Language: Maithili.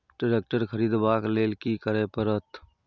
ट्रैक्टर खरीदबाक लेल की करय परत?